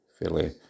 fairly